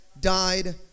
died